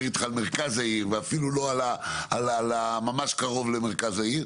איתך על מרכז העיר ואפילו לא ממש קרוב למרכז העיר,